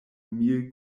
mil